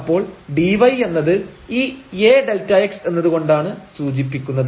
അപ്പോൾ dy എന്നത് ഈ A Δx എന്നത് കൊണ്ടാണ് സൂചിപ്പിക്കുന്നത്